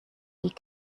die